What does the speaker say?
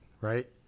Right